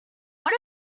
what